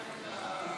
מוזמנים.